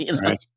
Right